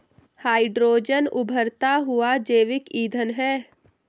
hydrogen उबरता हुआ जैविक ईंधन है